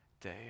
day